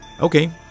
Okay